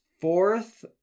fourth